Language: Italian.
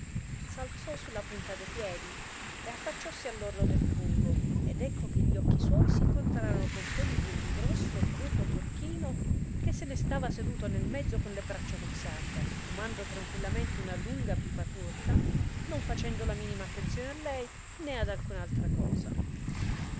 alzò sulla punta de piedi e affacciossi all'orlo del fungo ed ecco gli occhi suoi s'incontrarono con quelli di un grosso bruco turchino che se ne stava seduto nel mezzo con le braccia conserte fumando tranquillamente una lunga pipa turca non facendo la minima attenzione a lei nè ad alcun'altra cosa